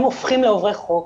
הם הופכים לפורעי חוק,